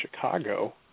Chicago